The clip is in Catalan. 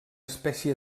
espècie